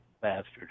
bastard